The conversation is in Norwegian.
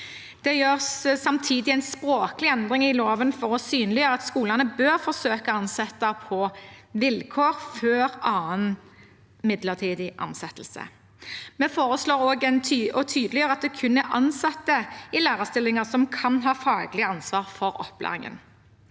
Det gjøres samtidig en språklig endring i loven for å synliggjøre at skolene bør forsøke å ansette på vilkår før annen midlertidig ansettelse. Vi foreslår også å tydeliggjøre at det kun er ansatte i lærerstillinger som kan ha faglig ansvar for opplæringen.